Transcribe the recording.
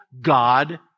God